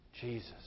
Jesus